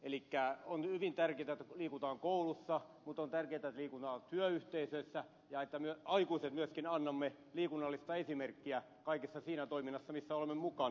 elikkä on hyvin tärkeätä että liikutaan koulussa mutta on tärkeätä että liikutaan työyhteisössä ja me aikuiset myöskin annamme liikunnallista esimerkkiä kaikessa siinä toiminnassa missä olemme mukana